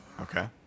okay